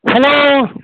hello